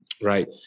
Right